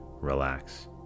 relax